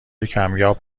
کمیاب